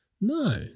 No